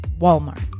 Walmart